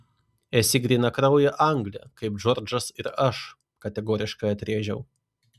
esi grynakraujė anglė kaip džordžas ir aš kategoriškai atrėžiau